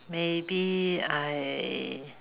maybe I